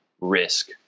risk